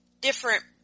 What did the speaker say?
different